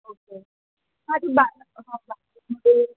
okay हां ती